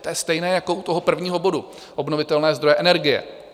To je stejné jako u toho prvního bodu obnovitelné zdroje energie.